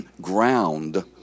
ground